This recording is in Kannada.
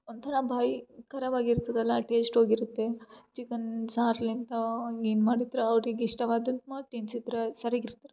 ಒಂಥರ ಬಾಯಿ ಖರಾಬಾಗಿರ್ತದಲ್ಲ ಟೇಸ್ಟ್ ಹೋಗಿರುತ್ತೆ ಚಿಕನ್ ಸಾರ್ಲಿಂತ ಏನು ಮಾಡಿತ್ರ ಅವ್ರಿಗೆ ಇಷ್ಟವಾದನ್ ಮಾಡಿ ತಿನ್ಸಿದ್ರೆ ಸರಿಗಿರ್ತಾರೆ